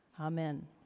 Amen